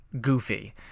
goofy